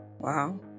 Wow